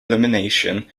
elimination